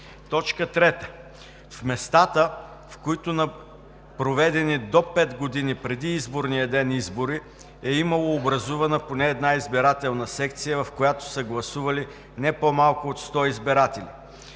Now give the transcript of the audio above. съюз; 3. в местата, в които, на проведени до 5 години преди изборния ден избори е имало образувана поне една избирателна секция, в която са гласували не по-малко от 100 избиратели;